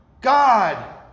God